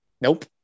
Nope